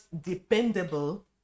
dependable